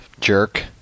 jerk